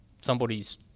somebody's